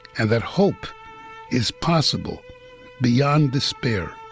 and that hope is possible beyond despair.